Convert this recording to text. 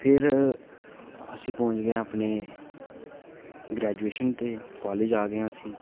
फिर असी पहुंच गै आं अपने ग्रेजूएशन ते कॉलेज आ गे आं असी